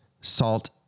salt